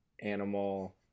animal